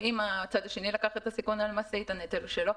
ואם הצד השני לקח את הסיכון על המשאית אז הנטל הוא שלו.